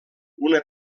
una